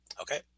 Okay